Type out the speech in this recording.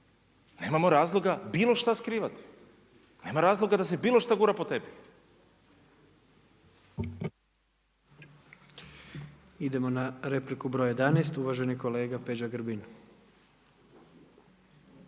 Nemamo razloga bilo što skrivati. Nema razloga da se bilo što gura pod tepih. **Jandroković, Gordan (HDZ)** Idemo na repliku broj 11, uvaženi kolega Peđa Grbin.